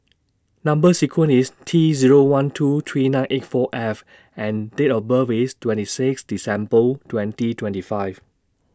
Number sequence IS T Zero one two three nine eight four F and Date of birth IS twenty six December twenty twenty five